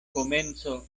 komenco